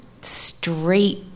straight